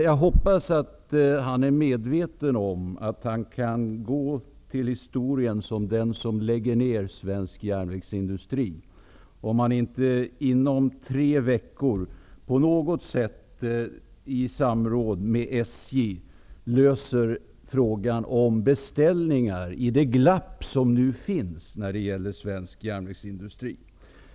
Jag hoppas att han är medveten om att han kan komma att gå till historien som den som lägger ned svensk järnvägsindustri, om han inte inom tre veckor på något sätt, i samråd med SJ, löser frågan om beställningar i det glapp som svensk järnvägsindustri nu befinner sig i.